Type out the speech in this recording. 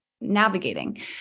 navigating